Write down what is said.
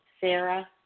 Sarah